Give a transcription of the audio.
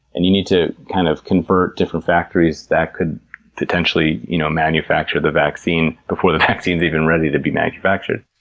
and you need to kind of convert different factories that could potentially you know manufacture the vaccine before the vaccine is even ready to be manufactured.